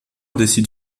décide